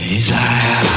Desire